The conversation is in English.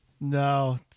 No